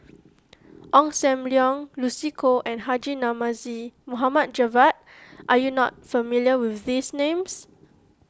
Ong Sam Leong Lucy Koh and Haji Namazie Mohd Javad are you not familiar with these names